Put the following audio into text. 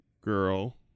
girl